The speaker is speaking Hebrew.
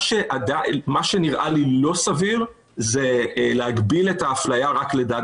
מה שנראה לי לא סביר זה להגביל את האפליה רק לדת,